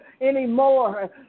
anymore